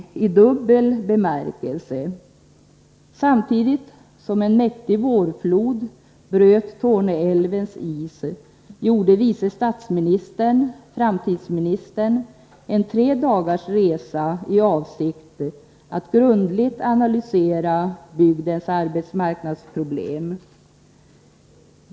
Samtidigt som en mäktig vårflod bröt Torneälvens is gjorde vice statsministern, framtidsministern, en tre dagars resa i avsikt att grundligt analysera bygdens arbetsmarknadsproblem.